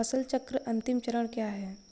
फसल चक्र का अंतिम चरण क्या है?